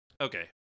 Okay